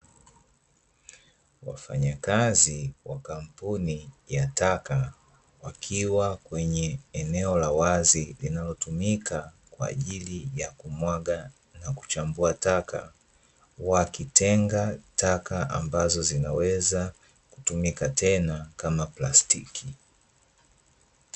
Wafanyakazi wa kampuni ya taka, wakiwa kwenye eneo la wazi linalotumika kwa ajili ya kumwaga na kuchambua taka, wakitenga taka ambazo zinaweza kutumika tena kama plastiki.